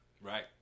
Right